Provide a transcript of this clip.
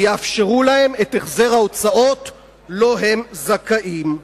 ויאפשרו להם את החזר ההוצאות שהם זכאים לו.